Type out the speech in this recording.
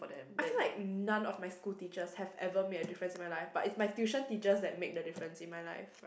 I feel like non of my school teachers have ever made a difference in my life but is the tuition teachers that made the difference in my life